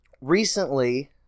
recently